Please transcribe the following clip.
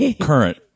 Current